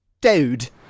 dude